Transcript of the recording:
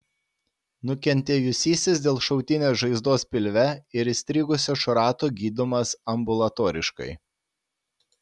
nukentėjusysis dėl šautinės žaizdos pilve ir įstrigusio šrato gydomas ambulatoriškai